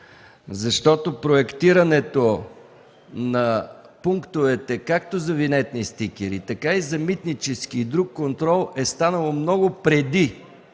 защото проектирането на пунктовете както за винетни стикери, така за митнически и друг контрол, е станало много преди